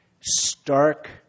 stark